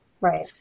right